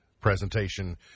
presentation